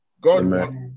God